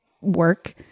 work